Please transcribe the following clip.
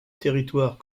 territoire